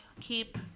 keep